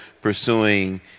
pursuing